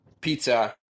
pizza